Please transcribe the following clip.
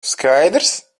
skaidrs